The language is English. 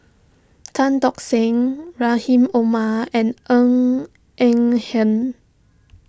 Tan Tock Seng Rahim Omar and Ng Eng Hen